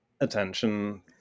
attention